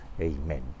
Amen